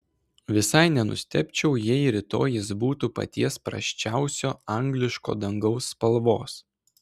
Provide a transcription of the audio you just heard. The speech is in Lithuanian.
visai nenustebčiau jei rytoj jis būtų paties prasčiausio angliško dangaus spalvos